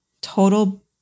total